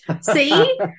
See